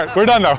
like we're done ah